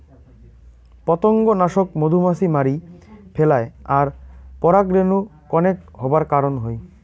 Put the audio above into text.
পতঙ্গনাশক মধুমাছি মারি ফেলায় আর পরাগরেণু কনেক হবার কারণ হই